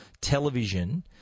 television